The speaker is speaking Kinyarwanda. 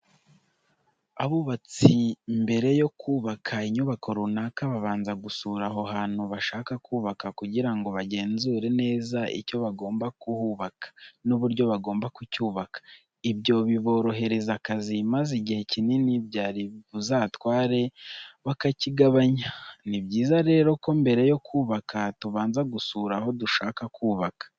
Abubatsi mbere yo kubaka inyubako runaka, babanza gusura aho hantu bashaka kubaka kugira ngo bagenzure neza icyo bagomba kuhubaka n'uburyo bagomba kucyubaka. Ibyo biborohereza akazi maze igihe kinini byari buzabatware bakakigabanya. Ni byiza rero ko mbere yo kubaka tubanza gusura aho dushaka kubaka.